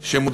שמודאגים,